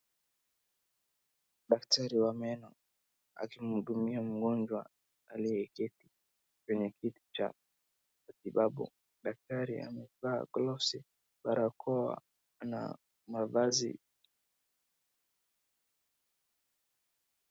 Daktari wa meno akimhudumia mgonjwa aliyeketi kwenye kiti cha matibabu. Daktari amevaa gloves , barakoa na mavazi...